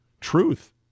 truth